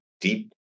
deep